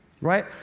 Right